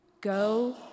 Go